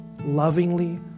lovingly